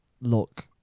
look